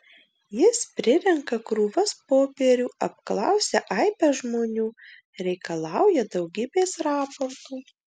jis prirenka krūvas popierių apklausia aibes žmonių reikalauja daugybės raportų